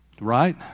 Right